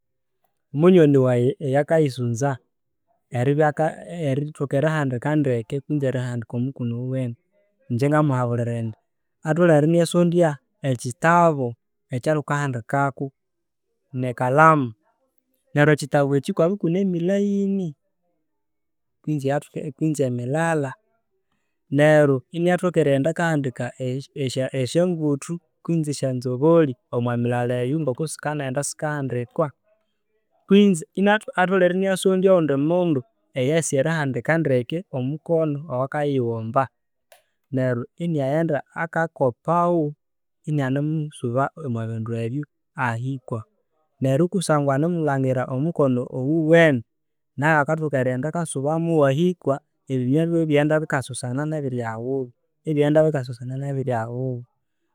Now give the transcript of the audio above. Munywani wayi oyu kaisunza eribya'ka- erithika erihandika ndeke kwinzi erothoka omukono owuwene, ingye ngmuhabulira indi atholhere iniasondya ekitabu ekya thukahandikako ne kalamu neryo ekitabu ekyo ikwabya ikune emilaini kwinzi ayathuki kwinzi emilala neryo iniathoka erighenda akahandika esyanguthu kwinzi esyanzoboli omwa milala'yo ngoko sikanaenda sikahandikwa kwinzi anatholere iniasondya owundi mundu eyasi erihandika ndeke omukono owakayioghomba neryo inaenda akakopawo inanemusuba omwa bindu ebyo ahikwa neryo kusangwa anemulingira omukono owiwene, nayo akathka erigjenda akasuba muwo ahikwaebinywa biwe ibyaghenda bikasosona nebiri ahaghulu ibyaghenda bikasosana nebiri ahaghulhu.